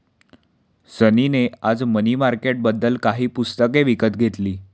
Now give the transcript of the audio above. सनी ने आज मनी मार्केटबद्दल काही पुस्तके विकत घेतली